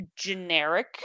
generic